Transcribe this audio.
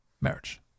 marriage